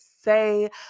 say